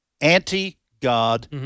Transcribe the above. anti-god